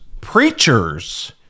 preachers